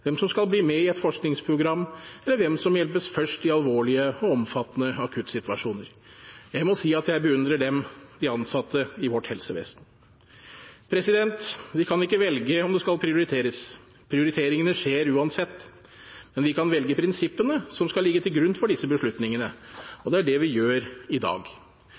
hvem som skal bli med i et forskningsprogram, eller hvem som hjelpes først i alvorlige og omfattende akuttsituasjoner. Jeg må si at jeg beundrer dem, de ansatte i vårt helsevesen. Vi kan ikke velge om det skal prioriteres – prioriteringene skjer uansett. Men vi kan velge prinsippene som skal ligge til grunn for disse beslutningene. Det er det vi gjør i dag.